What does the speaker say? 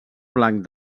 blanc